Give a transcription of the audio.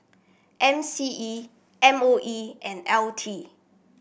M C E M O E and L T